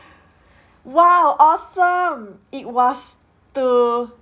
!wow! awesome it was to